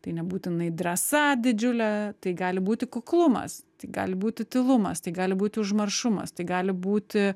tai nebūtinai drąsa didžiulė tai gali būti kuklumas tai gali būti tylumas tai gali būti užmaršumas tai gali būti